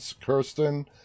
Kirsten